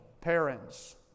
Parents